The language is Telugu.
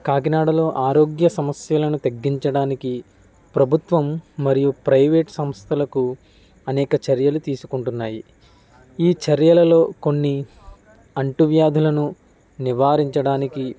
కాకినాడలో ఆరోగ్య సమస్యలను తగ్గించడానికి ప్రభుత్వం మరియు ప్రైవేటు సంస్థలకు అనేక చర్యలు తీసుకుంటున్నాయి ఈ చర్యలలో కొన్ని అంటు వ్యాధులను నివారించడానికి